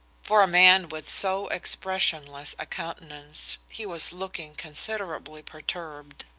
for a man with so expressionless a countenance, he was looking considerably perturbed.